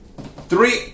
three